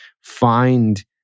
find